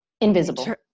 Invisible